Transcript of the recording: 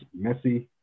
Messi